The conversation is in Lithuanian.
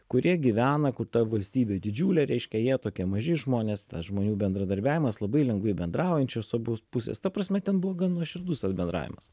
kurie gyvena kur ta valstybė didžiulė reiškia jie tokie maži žmonės tas žmonių bendradarbiavimas labai lengvai bendraujančios abu pusės ta prasme ten buvo gan nuoširdus tas bendravimas